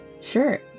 Sure